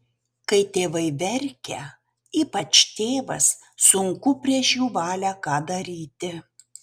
kai tėvai verkia ypač tėvas sunku prieš jų valią ką daryti